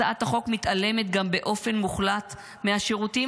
הצעת החוק מתעלמת באופן מוחלט גם מהשירותים